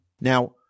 Now